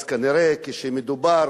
אז כנראה, כשמדובר